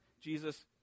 Jesus